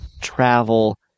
travel